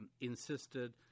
insisted